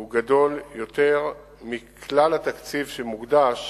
שהוא גדול יותר מכלל התקציב שמוקדש